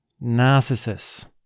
Narcissus